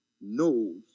Knows